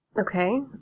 Okay